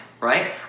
right